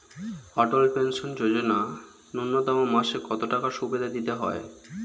অটল pension Yojana ন্যূনতম মাসে কত টাকা সুধ দিতে হয়?